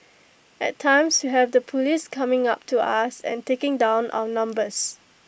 at times we have the Police coming up to us and taking down our numbers